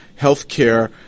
healthcare